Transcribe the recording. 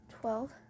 twelve